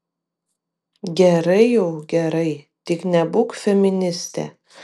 gerai jau gerai tik nebūk feministė